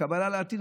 הכוונה לעתיד,